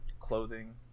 clothing